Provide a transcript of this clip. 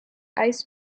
ice